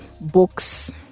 books